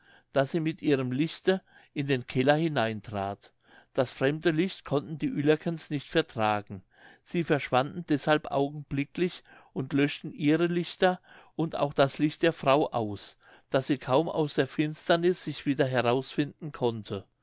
daß sie mit ihrem lichte in den keller hineintrat das fremde licht konnten die uellerkens nicht vertragen sie verschwanden deshalb augenblicklich und löschten ihre lichter und auch das licht der frau aus daß sie kaum aus der finsterniß sich wieder herausfinden konnte